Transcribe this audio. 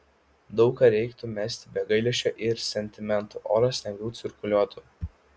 daug ką reiktų mesti be gailesčio ir sentimentų oras lengviau cirkuliuotų